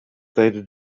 deden